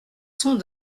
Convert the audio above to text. sont